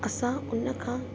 असां हुन खां